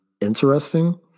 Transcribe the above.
interesting